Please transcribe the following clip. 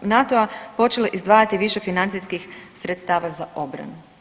NATO-a počele izdvajati više financijskih sredstava za obranu.